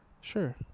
Sure